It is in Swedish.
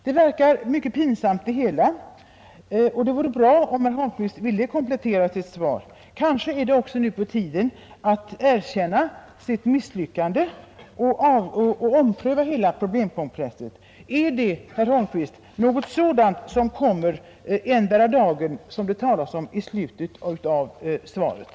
Det hela är mycket pinsamt, och det vore bra om statsrådet Holmqvist ville komplettera sitt svar. Kanske är det på tiden att erkänna misslyckandet och ompröva hela problemkomplexet. Är det, herr Holmqvist, ett förslag i den riktningen som kommer ”endera dagen”, som det talas om i slutet av svaret?